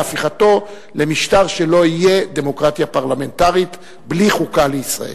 בהפיכתו למשטר שלא יהיה דמוקרטיה פרלמנטרית בלי חוקה לישראל.